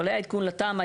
אבל היה עדכון לתמ"א,